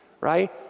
right